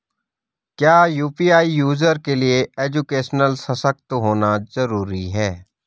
क्या UPI user के लिए एजुकेशनल सशक्त होना जरूरी है?